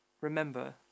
remember